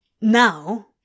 now